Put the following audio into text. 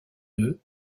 nœuds